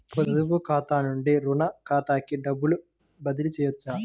పొదుపు ఖాతా నుండీ, రుణ ఖాతాకి డబ్బు బదిలీ చేయవచ్చా?